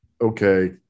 okay